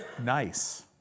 Nice